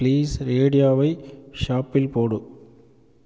please ரேடியோவை shuffle போடு